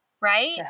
right